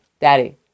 Daddy